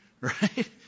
right